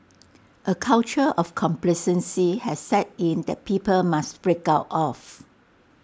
A culture of complacency has set in that people must break out of